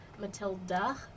matilda